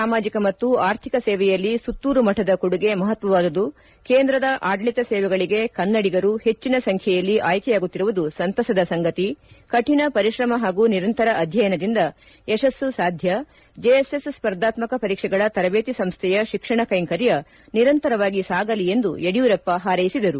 ಸಾಮಾಜಿಕ ಮತ್ತು ಆರ್ಥಿಕ ಸೇವೆಯಲ್ಲಿ ಸುತ್ತೂರು ಮಠದ ಕೊಡುಗೆ ಮಹತ್ವವಾದುದು ಕೇಂದ್ರದ ಆಡಳಿತ ಸೇವೆಗಳಿಗೆ ಕನ್ನಡಿಗರು ಹೆಚ್ಚಿನ ಸಂಖ್ಯೆಯಲ್ಲಿ ಆಯ್ಕೆಯಾಗುತ್ತಿರುವುದು ಸಂತಸದ ಸಂಗತಿ ಕಠಿಣ ಪರಿಶ್ರಮ ಹಾಗೂ ನಿರಂತರ ಅಧ್ಯಯನದಿಂದ ಯಶಸ್ಸು ಸಾಧ್ಯ ಜೆಎಸ್ಎಸ್ ಸ್ಪರ್ಧಾತ್ಮಕ ಪರೀಕ್ಷೆಗಳ ತರದೇತಿ ಸಂಸ್ಥೆಯ ಶಿಕ್ಷಣ ಕೈಂಕರ್ಯ ನಿರಂತರವಾಗಿ ಸಾಗಲಿ ಎಂದು ಯಡಿಯೂರಪ್ಪ ಪಾರೈಸಿದರು